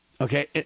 okay